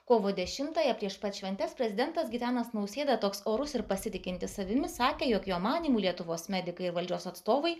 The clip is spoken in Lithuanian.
kovo dešimtąją prieš pat šventes prezidentas gitanas nausėda toks orus ir pasitikintis savimi sakė jog jo manymu lietuvos medikai ir valdžios atstovai